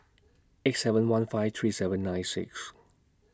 eight seven one five three seven nine six